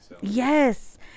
yes